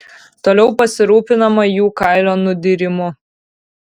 toliau pasirūpinama jų kailio nudyrimu